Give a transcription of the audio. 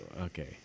Okay